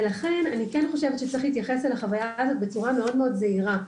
ולכן אני חושבת שצריך להתייחס אל החוויה בצורה מאוד זהירה.